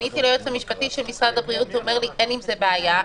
פניתי ליועץ המשפטי של משרד הבריאות והוא אומר שאין עם זה בעיה.